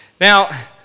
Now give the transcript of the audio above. Now